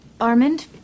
Armand